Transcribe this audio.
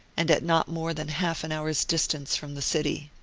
and at not more than half an hour's distance from the city.